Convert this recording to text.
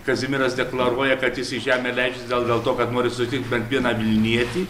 kazimieras deklaruoja kad jis į žemę leidžiasi gal dėl to kad nori susitikt bent vieną vilnietį